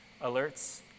alerts